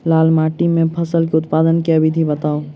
लाल माटि मे फसल केँ उत्पादन केँ विधि बताऊ?